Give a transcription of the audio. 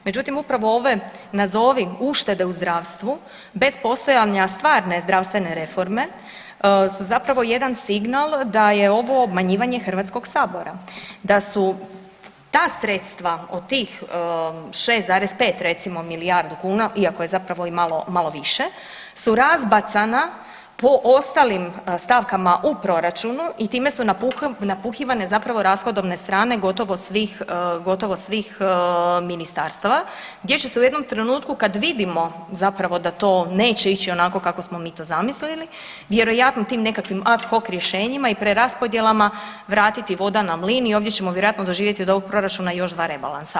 Međutim upravo ove nazovi uštede u zdravstvu bez postojanja stvarne zdravstvene reforme su zapravo jedan signal da je ovo obmanjivanje Hrvatskoga sabora, da su ta sredstva od tih 6,5 recimo milijardi kuna iako je zapravo i malo više su razbacana po ostalim stavkama u proračunu i time su napuhivane zapravo rashodovne strane gotovo svih ministarstava gdje će se u jednom trenutku kada vidimo zapravo da to neće ići onako kako smo mi to zamislili vjerojatno tim nekakvim at hock rješenjima i preraspodjelama vratiti „voda na mlin“ i ovdje ćemo vjerojatno doživjeti od ovog proračuna još dva rebalansa.